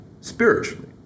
spiritually